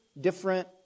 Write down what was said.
different